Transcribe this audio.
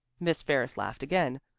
miss ferris laughed again.